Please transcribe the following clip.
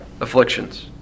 afflictions